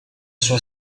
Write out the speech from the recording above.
sua